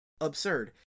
absurd